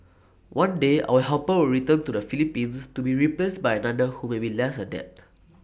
one day our helper will return to the Philippines to be replaced by another who may be less adept